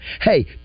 Hey